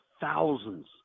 thousands